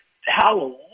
hallelujah